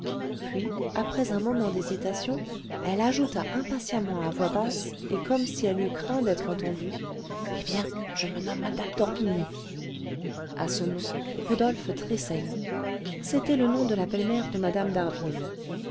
puis après un moment d'hésitation elle ajouta impatiemment à voix basse et comme si elle eût craint d'être entendue eh bien je me nomme mme d'orbigny à ce nom rodolphe tressaillit c'était le nom de la belle-mère de mme